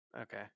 Okay